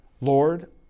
Lord